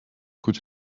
could